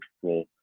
Control